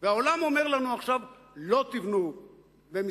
והעולם אומר לנו עכשיו: לא תבנו במזרח-ירושלים.